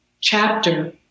chapter